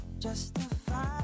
justify